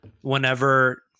whenever